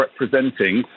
representing